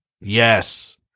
Yes